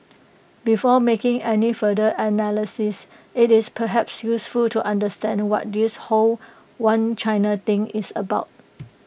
before making any further analysis IT is perhaps useful to understand what this whole one China thing is about